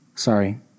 Sorry